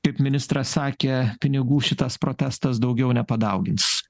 kaip ministras sakė pinigų šitas protestas daugiau nepadaugins